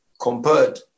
compared